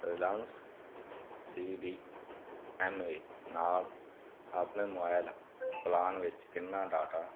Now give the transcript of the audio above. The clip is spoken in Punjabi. Reliance C D M A ਨਾਲ ਆਪਣੇ ਮੋਬੈਲ ਪਲਾਨ ਵਿੱਚ ਕਿੰਨਾ ਡਾਟਾ